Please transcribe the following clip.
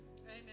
Amen